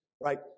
right